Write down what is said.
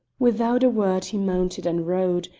without a word he mounted and rode,